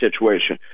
situation